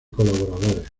colaboradores